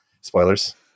spoilers